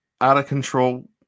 out-of-control